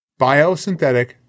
biosynthetic